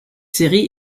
série